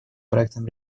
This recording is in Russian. проектом